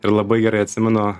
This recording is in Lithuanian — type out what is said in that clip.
ir labai gerai atsimenu